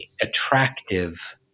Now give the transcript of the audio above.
attractive